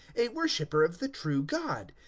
a worshipper of the true god.